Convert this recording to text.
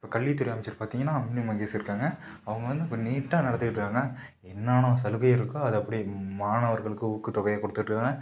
இப்போ கல்வித்துறை அமைச்சர் பார்த்திங்கன்னா அன்பில் மகேஷ் இருக்காங்க அவங்க வந்து இப்போ நீட்டாக நடத்திக்கிட்டு என்னென்ன சலுகை இருக்கோ அதை அப்படியே மாணவர்களுக்கு ஊக்கத்தொகையாக கொடுத்துட்டு இருக்காங்க